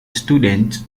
students